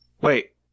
wait